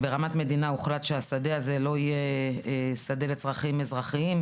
ברמת מדינה הוחלט שהשדה הזה לא יהיה שדה לצרכים אזרחיים,